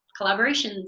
collaborations